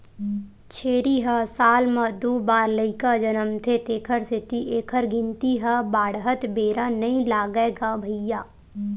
छेरी ह साल म दू बार लइका जनमथे तेखर सेती एखर गिनती ह बाड़हत बेरा नइ लागय गा भइया